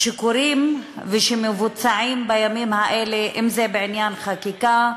שקורות ושמבוצעות בימים האלה, אם בעניין חקיקה,